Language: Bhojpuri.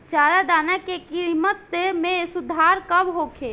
चारा दाना के किमत में सुधार कब होखे?